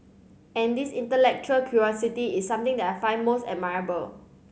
and this intellectual curiosity is something that I find most admirable